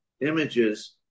images